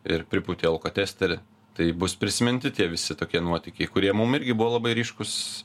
ir pripūtė į alkotesterį tai bus prisiminti tie visi tokie nuotykiai kurie mum irgi buvo labai ryškūs